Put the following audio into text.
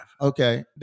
Okay